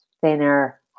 thinner